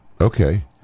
Okay